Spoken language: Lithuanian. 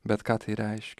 bet ką tai reišk